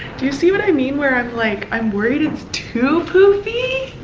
do you see what i mean where i'm like, i'm worried it's too poofy.